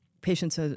patients